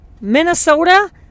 Minnesota